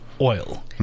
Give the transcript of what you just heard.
oil